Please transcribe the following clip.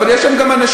אבל יש שם גם אנשים,